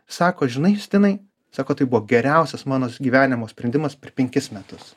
sako žinai justinai sako tai buvo geriausias manos gyvenimo sprendimas per penkis metus